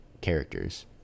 characters